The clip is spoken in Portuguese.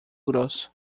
grosso